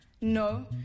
No